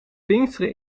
pinksteren